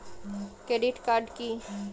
Credit card কি?